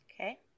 Okay